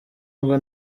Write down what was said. ngo